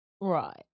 Right